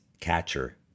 catcher